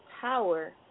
power